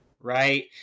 right